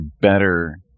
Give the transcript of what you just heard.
better